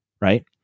right